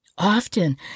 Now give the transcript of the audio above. Often